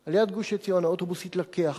על גוש-עציון, האוטובוס התלקח.